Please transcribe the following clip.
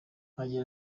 agira